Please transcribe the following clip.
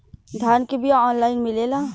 धान के बिया ऑनलाइन मिलेला?